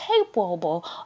capable